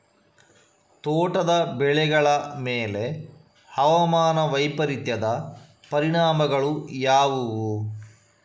ತೋಟದ ಬೆಳೆಗಳ ಮೇಲೆ ಹವಾಮಾನ ವೈಪರೀತ್ಯದ ಪರಿಣಾಮಗಳು ಯಾವುವು?